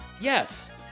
Yes